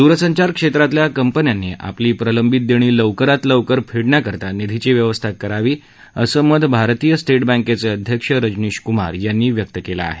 दूरसंचार क्षेत्रातल्या कंपन्यांनी आपली प्रलंबित देणी लवकरात लवकर फेडण्याकरता निधीची व्यवस्था करायला हवी असं मत भारतीय स्टेट बँकेचे अध्यक्ष रजनीश कृमार यांनी व्यक्त केलं आहे